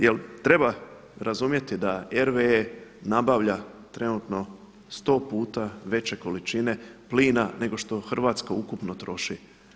Jer treba razumjeti da RW nabavlja trenutno 100 puta veće količine plina nego što Hrvatska ukupno troši.